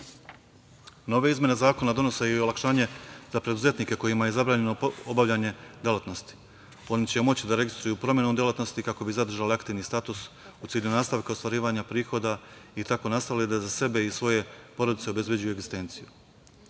izmene zakona donose i olakšanje da preduzetnike kojima je zabranjeno obavljanje delatnosti. Oni će moći da registruju promenom delatnosti kako bi zadržali aktivni status u cilju nastavka ostvarivanja prihoda i tako nastavili da za sebe i svoje porodice obezbeđuje